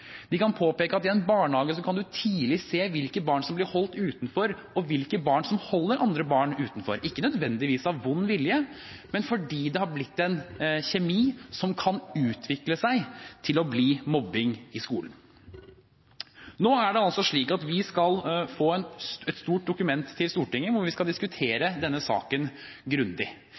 De kan påpeke at i en barnehage kan man tidlig se hvilke barn som blir holdt utenfor, og hvilke barn som holder andre barn utenfor – ikke nødvendigvis av vond vilje, men fordi det har blitt en kjemi som kan utvikle seg til å bli mobbing i skolen. Nå skal vi altså få et stort dokument til Stortinget, og vi skal diskutere denne saken grundig.